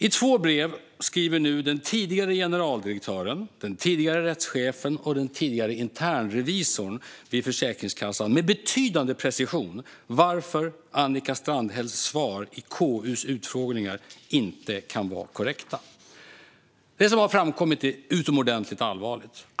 I två brev beskriver nu den tidigare generaldirektören, den tidigare rättschefen och den tidigare internrevisorn vid Försäkringskassan med betydande precision varför Annika Strandhälls svar i KU:s utfrågningar inte kan vara korrekta. Det som har framkommit är utomordentligt allvarligt.